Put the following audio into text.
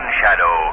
shadow